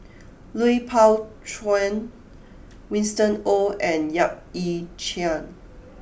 Lui Pao Chuen Winston Oh and Yap Ee Chian